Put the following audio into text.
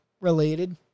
related